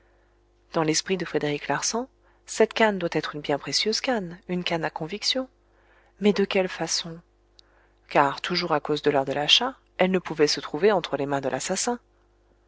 dans l'esprit de frédéric larsan cette canne doit être une bien précieuse canne une canne à conviction mais de quelle façon car toujours à cause de l'heure de l'achat elle ne pouvait se trouver entre les mains de l'assassin